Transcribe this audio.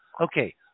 Okay